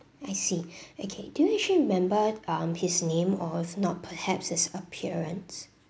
I see okay do you actually remembered um his name or of not perhaps his appearance